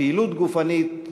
פעילות גופנית,